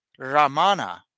Ramana